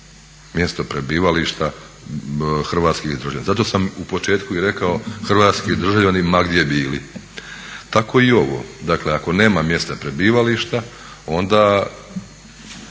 mjesto prebivališta hrvatskih državljana. Zato sam u početku i rekao hrvatski državljani ma gdje bili. Tako i ovo. Dakle ako nema mjesta prebivališta onda